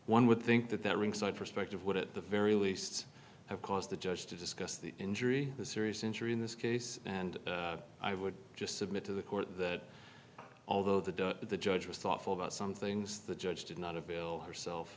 one would think that that ringside perspective would at the very least have caused the judge to discuss the injury the serious injury in this case and i would just submit to the court that although the judge was thoughtful about some things the judge did not avail herself